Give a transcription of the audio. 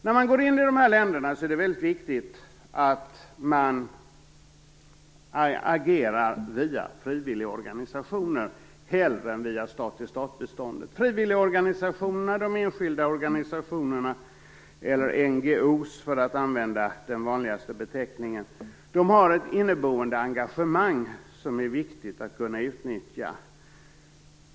När man går in i dessa länder är det viktigt att man agerar via frivilligorganisationer hellre än via stat-tillstat-bistånd. Frivilligorganisationer, de enskilda organistionerna eller NGO's för att använda den vanligaste beteckningen, har ett inneboende engagemang som är viktigt att utnyttja.